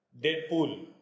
Deadpool